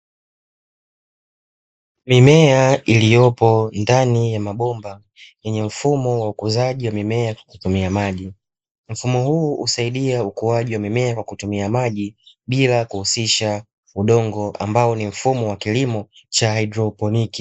Mimea iliyopo ndani ya mabomba yenye mfumo wa ukuzaji wa mimea kwa kutumia maji, mfumo huu husaidia ukuwaji wa mimea kwa kutumia maji bila kuhusisha udongo ambao ni mfumo wa udongo wa kilimo wa kihidroponiki.